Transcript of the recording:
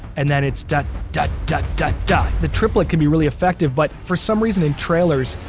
and then it's duh duh duh duh duh. the triplet can be really effective, but for some reason in trailers,